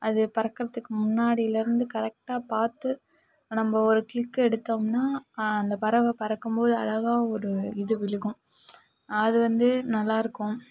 அது பறக்குறதுக்கு முன்னாடியிலருந்து கரெக்ட்டாக பார்த்து நம்ம ஒரு கிளிக் எடுத்தோம்ன்னா அந்த பறவை பறக்கும் போது அழகாக ஒரு இது விழுகும் அது வந்து நல்லா இருக்கும்